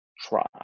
try